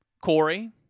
Corey